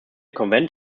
konvent